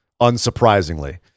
Unsurprisingly